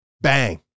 Bang